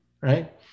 right